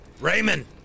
Raymond